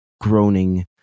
groaning